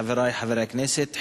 חברי חברי הכנסת,